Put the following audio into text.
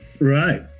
Right